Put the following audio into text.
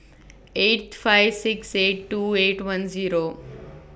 eight five six eight two eight one Zero